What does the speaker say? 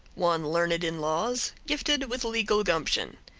one learned in laws, gifted with legal gumption.